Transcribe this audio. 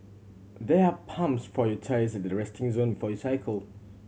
there are pumps for your tyres at the resting zone for you cycle